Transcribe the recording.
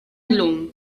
llum